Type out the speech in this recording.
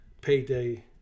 payday